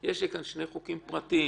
יש לי כאן שני חוקים פרטיים